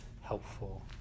helpful